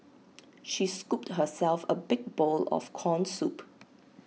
she scooped herself A big bowl of Corn Soup